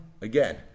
again